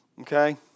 Okay